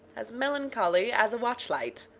as melancholy as a watch-light.